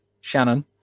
Shannon